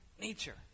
nature